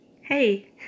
hey